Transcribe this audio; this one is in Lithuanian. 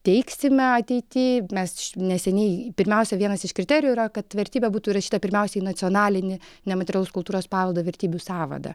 teiksime ateity mes neseniai pirmiausia vienas iš kriterijų yra kad vertybė būtų įrašyta pirmiausia į nacionalinį nematerialaus kultūros paveldo vertybių sąvadą